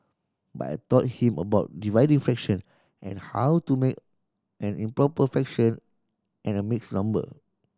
but I taught him about dividing fraction and how to make an improper fraction and a mixed number